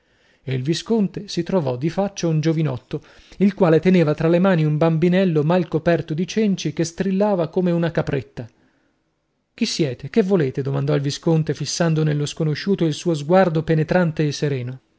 e il visconte si trovò di faccia un giovinotto il quale teneva tra le mani un bambinello mal coperto di cenci che strillava come una capretta chi siete che volete domandò il visconte fissando nello sconosciuto il suo sguardo penetrante e sereno